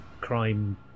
crime